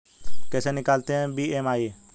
कैसे निकालते हैं बी.एम.आई?